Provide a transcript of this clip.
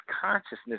consciousness